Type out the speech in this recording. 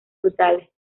frutales